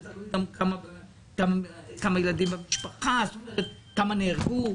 צריך לבדוק גם כמה ילדים יש במשפחה, כמה נהרגו,